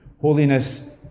Holiness